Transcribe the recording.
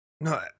No